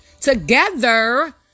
Together